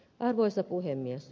arvoisa puhemies